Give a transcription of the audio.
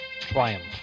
triumph